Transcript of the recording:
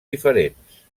diferents